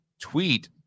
tweet